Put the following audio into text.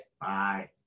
Bye